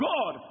God